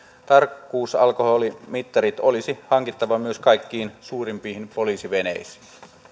tarkkuusalkoholimittarit olisi hankittava myös kaikkiin suurimpiin poliisiveneisiin